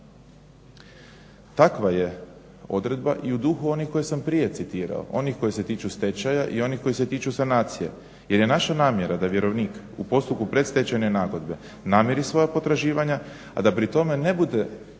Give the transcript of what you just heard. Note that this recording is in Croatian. Takva je odredba i u duhu onih koje sam prije citirao, onih koje se tiču stečaja i onih koje se tiču sanacije jer je naša namjera da vjerovnik u postupku predstečajne nagodbe namiri svoja potraživanja a da pri tome ne bude primoran